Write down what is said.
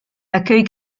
accueil